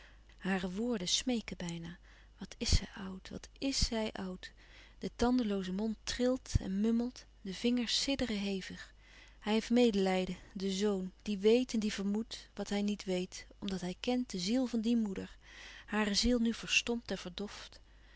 hare woorden smeeken bijna wat is zij oud wat is zij oud de tandelooze mond trilt en mummelt de vingers sidderen hevig hij heeft medelijden de zoon die weet en die vermoedt wat hij niet weet omdat hij kent de ziel van die moeder hare ziel nu verstompt en verdoft